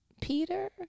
Peter